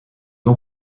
ans